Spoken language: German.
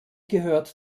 gehört